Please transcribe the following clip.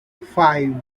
five